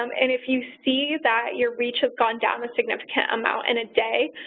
um and if you see that your reach has gone down the significant amount in a day,